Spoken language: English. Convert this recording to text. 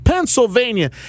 Pennsylvania